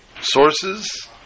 sources